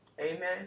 amen